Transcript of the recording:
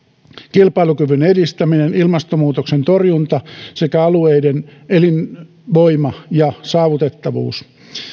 kilpailukyvyn edistäminen ilmastonmuutoksen torjunta sekä alueiden elinvoima ja saavutettavuus